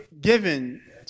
given